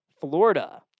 Florida